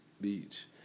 Beach